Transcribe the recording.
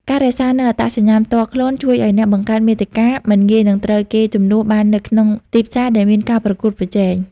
ការរក្សានូវអត្តសញ្ញាណផ្ទាល់ខ្លួន ជួយឱ្យអ្នកបង្កើតមាតិកាមិនងាយនឹងត្រូវគេជំនួសបាននៅក្នុងទីផ្សារដែលមានការប្រកួតប្រជែង។